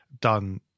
done